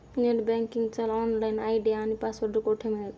Net बँकिंगचा login ID आणि password कुठे मिळेल?